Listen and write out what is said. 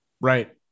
right